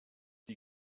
die